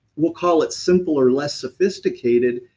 we'll call it simpler, less sophisticated,